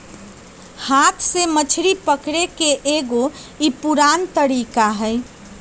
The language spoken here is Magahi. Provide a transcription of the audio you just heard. हाथ से मछरी पकड़े के एगो ई पुरान तरीका हई